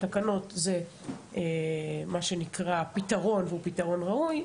התקנות זה פתרון ראוי,